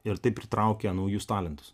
ir taip pritraukia naujus talentus